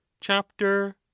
Chapter